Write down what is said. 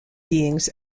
beings